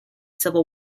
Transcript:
civil